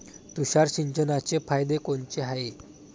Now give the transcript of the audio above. तुषार सिंचनाचे फायदे कोनचे हाये?